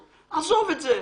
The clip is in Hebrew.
עזוב את זה.